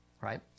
right